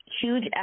huge